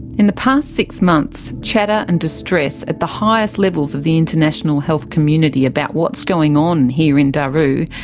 in the past six months, chatter and distress at the highest levels of the international health community about what's going on here in daru,